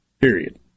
period